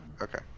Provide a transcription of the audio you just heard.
okay